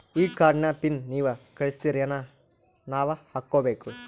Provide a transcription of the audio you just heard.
ಈ ಕಾರ್ಡ್ ನ ಪಿನ್ ನೀವ ಕಳಸ್ತಿರೇನ ನಾವಾ ಹಾಕ್ಕೊ ಬೇಕು?